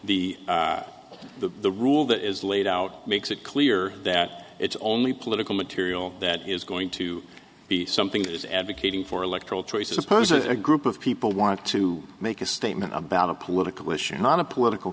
the the the rule that is laid out makes it clear that it's only political material that is going to be something that is advocating for electoral choice opposes a group of people want to make a statement about a political issue not a political